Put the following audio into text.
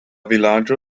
vilaĝo